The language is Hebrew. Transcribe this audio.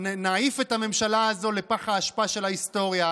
נעיף את הממשלה הזאת לפח האשפה של ההיסטוריה.